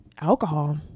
alcohol